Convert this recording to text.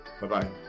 Bye-bye